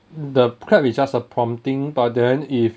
the clap is just a prompting but then if